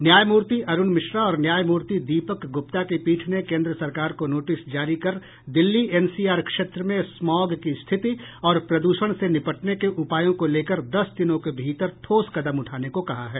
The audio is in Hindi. न्यायमूर्ति अरूण मिश्रा और न्यायमूर्ति दीपक गुप्ता की पीठ ने केन्द्र सरकार को नोटिस जारी कर दिल्ली एनसीआर क्षेत्र में स्मॉग की स्थिति और प्रदूषण से निपटने के उपायों को लेकर दस दिनों के भीतर ठोस कदम उठाने को कहा है